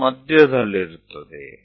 25 એ મધ્યમાં આવશે